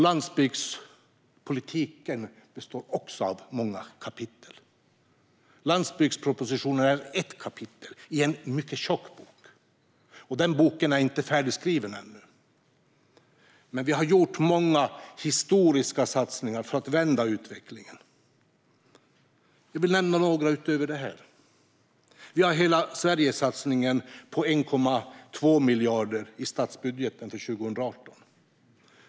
Landsbygdspolitiken består också av många kapitel. Landsbygdspropositionen är ett kapitel i en mycket tjock bok, och den boken är inte färdigskriven ännu. Men vi har gjort många historiska satsningar för att vända utvecklingen. Jag vill nämna några utöver detta. Vi har Hela Sverige-satsningen om 1,2 miljarder i statsbudgeten för 2018.